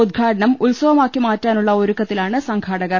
ഉദ്ഘാടനം ഉത്സ വമാക്കി മാറ്റാനുള്ള ഒരുക്കത്തിലാണ് സംഘാടകർ